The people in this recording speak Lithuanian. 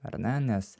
ar ne nes